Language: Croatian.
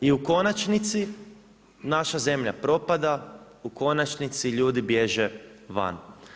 I u konačnici naša zemlja propada, u konačnici ljudi bježe van.